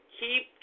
keep